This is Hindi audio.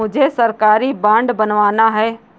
मुझे सरकारी बॉन्ड बनवाना है